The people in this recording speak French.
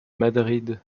madrid